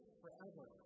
forever